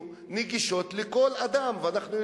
וזה מגיע לדוד ומגיע קצת לאבא ולדוד